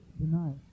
tonight